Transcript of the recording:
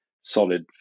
solid